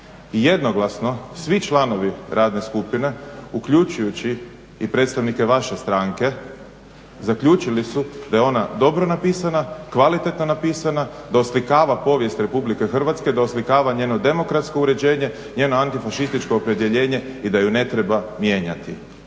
I jednoglasno svi članovi radne skupine uključujući i predstavnike vaše stranke zaključili su da je ona dobro napisana, kvalitetno napisana, da oslikava povijest Republike Hrvatske, da oslikava njeno demokratsko uređenje, njeno antifašističko opredjeljenje i da je ne treba mijenjati.